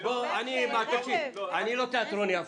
אני לא תיאטרון יפו.